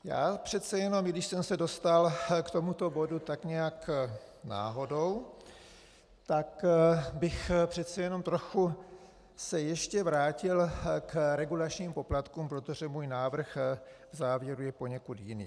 Já přece jenom, i když jsem se dostal k tomuto bodu tak nějak náhodou, tak bych přece jenom trochu se ještě vrátil k regulačním poplatkům, protože můj návrh v závěru je poněkud jiný.